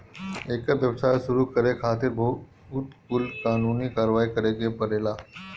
एकर व्यवसाय शुरू करे खातिर बहुत कुल कानूनी कारवाही करे के पड़ेला